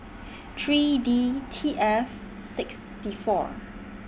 three D T F six D four